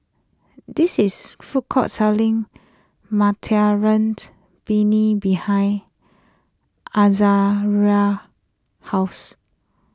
this is food court selling materien's Penne behind Azaria's house